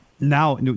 Now